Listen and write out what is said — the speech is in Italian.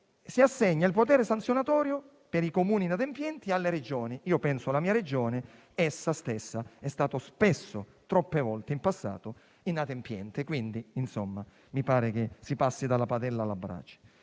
alle Regioni il potere sanzionatorio sui Comuni inadempienti. Penso alla mia Regione: essa stessa è stata spesso - troppe volte, in passato - inadempiente. Quindi mi pare che si passi dalla padella alla brace.